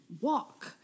walk